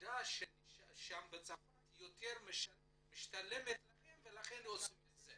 שהעבודה בצרפת יותר משתלמת להם ולכן הם עושים את זה?